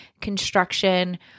construction